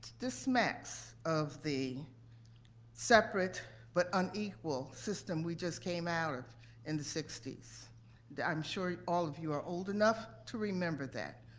this smacks of the separate but unequal system we just came out of in the sixty s. i'm sure all of you are old enough to remember that.